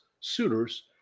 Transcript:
suitors